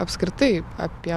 apskritai apie